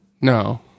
No